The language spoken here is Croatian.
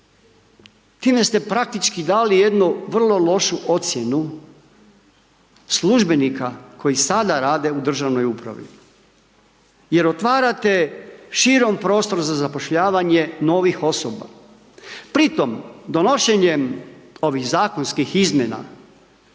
Time ste praktički dali jednu vrlo lošu ocjenu službenika koji sada rade u državnoj upravi jer otvarate širom prostor za zapošljavanje novih osoba. Pri tom, donošenjem ovih zakonskih izmjena,